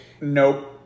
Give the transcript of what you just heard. Nope